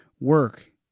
work